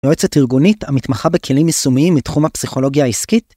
מועצת ארגונית המתמחה בכלים יישומיים מתחום הפסיכולוגיה העסקית